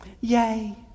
Yay